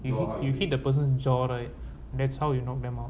you know you hit the person jaw right that's how you not them lah